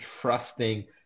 trusting